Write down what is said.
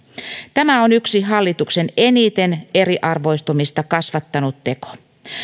tämä on yksi hallituksen eniten eriarvoistumista kasvattanut teko